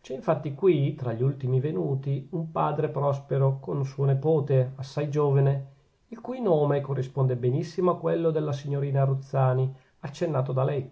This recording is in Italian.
c'è infatti qui tra gli ultimi venuti un padre prospero con un suo nepote assai giovane il cui nome corrisponde benissimo a quello della signorina ruzzani accennato da lei